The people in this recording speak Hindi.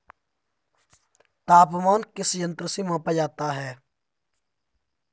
तापमान किस यंत्र से मापा जाता है?